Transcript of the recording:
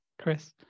Chris